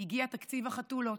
הגיע תקציב החתולות,